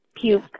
puke